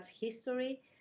history